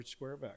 Squareback